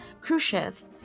Khrushchev